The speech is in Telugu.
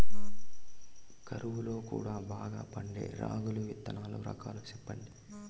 కరువు లో కూడా బాగా పండే రాగులు విత్తనాలు రకాలు చెప్పండి?